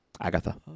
Agatha